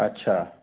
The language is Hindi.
अच्छा